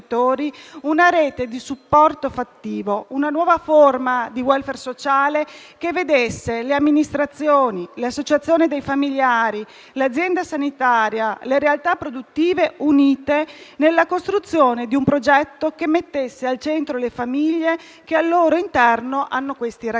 una rete di supporto fattivo, una nuova forma di *welfare* sociale che vedesse le amministrazioni, le associazioni dei familiari, l'azienda sanitaria, le realtà produttive unite nella costruzione di un progetto che mettesse al centro le famiglie che al loro interno hanno questi ragazzi.